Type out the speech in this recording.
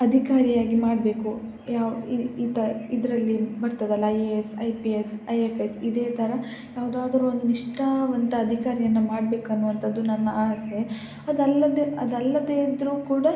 ಅಧಿಕಾರಿಯಾಗಿ ಮಾಡಬೇಕು ಯಾವ ಈತ ಇದರಲ್ಲಿ ಬರ್ತದಲ್ಲ I A S I P S I F S ಇದೇ ಥರ ಯಾವುದಾದರೊಂದು ನಿಷ್ಠಾವಂತ ಅಧಿಕಾರಿಯನ್ನು ಮಾಡ್ಬೇಕನ್ನುವಂಥದ್ದು ನನ್ನ ಆಸೆ ಅದಲ್ಲದೆ ಅದಲ್ಲದೇ ಇದ್ದರೂ ಕೂಡ